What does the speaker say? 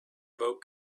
about